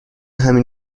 همین